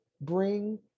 bring